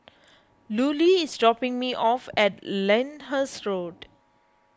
Lulie is dropping me off at Lyndhurst Road